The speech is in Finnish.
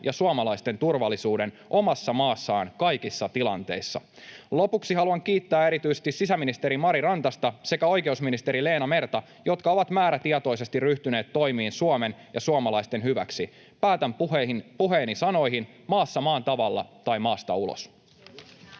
ja suomalaisten turvallisuuden omassa maassaan kaikissa tilanteissa. Lopuksi haluan kiittää erityisesti sisäministeri Mari Rantasta sekä oikeusministeri Leena Merta, jotka ovat määrätietoisesti ryhtyneet toimiin Suomen ja suomalaisten hyväksi. Päätän puheeni sanoihin: maassa maan tavalla tai maasta ulos.